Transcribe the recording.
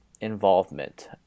involvement